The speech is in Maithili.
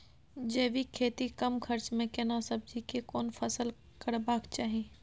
जैविक खेती कम खर्च में केना सब्जी के कोन फसल करबाक चाही?